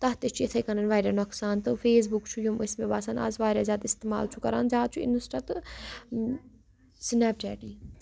تَتھ تہِ چھِ اِتھَے کٔنٮ۪ن واریاہ نۄقصان تہٕ فیس بُک چھُ یِم أسۍ مےٚ باسان اَز واریاہ زیادٕ استعمال چھُ کَران زیادٕ چھُ اِنَسٹا تہٕ سنیپ چیٹٕے